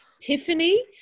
Tiffany